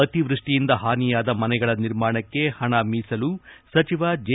ಅತಿವೃಷ್ವಿಯಿಂದ ಹಾನಿಯಾದ ಮನೆಗಳ ನಿರ್ಮಾಣಕ್ಕೆ ಹಣ ಮೀಸಲು ಸಚಿವ ಜೆ